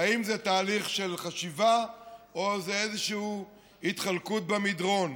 והאם זה תהליך של חשיבה או זה איזשהו החלקה במדרון.